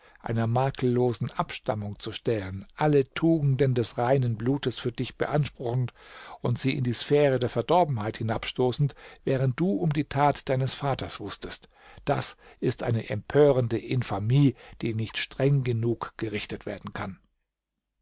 einer makellosen abstammung zu stellen alle tugenden des reinen blutes für dich beanspruchend und sie in die sphäre der verdorbenheit hinabstoßend während du um die that deines vaters wußtest das ist eine empörende infamie die nicht streng genug gerichtet werden kann